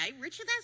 Richard